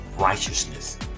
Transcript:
righteousness